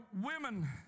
women